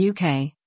UK